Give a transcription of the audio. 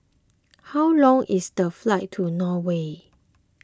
how long is the flight to Norway